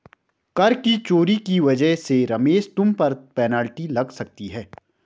कर की चोरी की वजह से रमेश तुम पर पेनल्टी लग सकती है